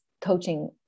coaching